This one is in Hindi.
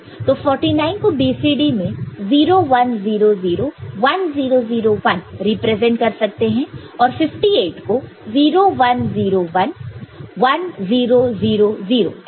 तो 49 को BCD में 0 1 0 0 1 0 0 1 रिप्रेजेंट कर सकते हैं और 58 को 0 1 0 1 1 0 0 0 ऐसे